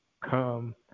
come